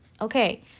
Okay